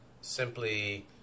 simply